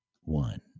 one